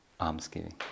almsgiving